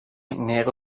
nero